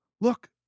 look